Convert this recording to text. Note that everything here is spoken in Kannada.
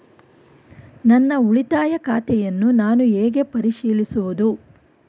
ನನ್ನ ಉಳಿತಾಯ ಖಾತೆಯನ್ನು ನಾನು ಹೇಗೆ ಪರಿಶೀಲಿಸುವುದು?